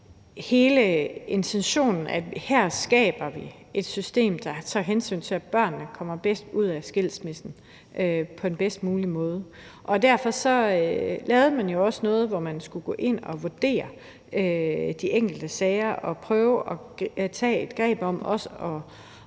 hele intentionen, at her skaber vi et system, der tager hensyn til, at børnene kommer ud af skilsmissen på den bedst mulige måde. Derfor blev det også lavet sådan, at man skulle gå ind og vurdere de enkelte sager og bruge det greb, der